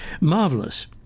marvelous